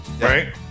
Right